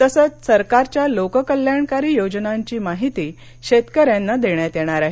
तसंच सरकारच्या लोककल्याणकारी योजनांची माहिती शेतकऱ्यांना देण्यात येणार आहे